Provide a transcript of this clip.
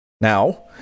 Now